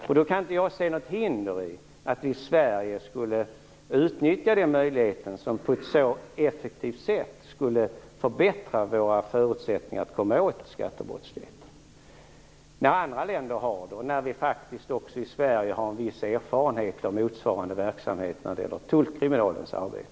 Där kan jag inte se något hinder till att vi i Sverige skulle utnyttja denna möjlighet, som på ett så effektivt sätt skulle förbättra våra förutsättningar att komma åt skattebrottsligheten. Andra länder har det ju, och vi har faktiskt också en viss erfarenhet av motsvarande verksamhet i Sverige när det gäller tullkriminalens arbete.